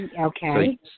Okay